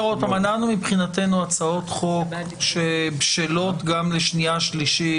מבחינתנו הצעות חוק שבשלות גם לשנייה ושלישית,